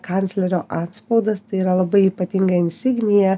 kanclerio atspaudas tai yra labai ypatinga insignija